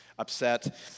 upset